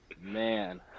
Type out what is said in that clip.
Man